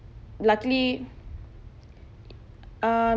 luckily um